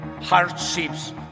hardships